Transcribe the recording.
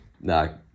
No